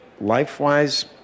Life-wise